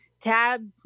tab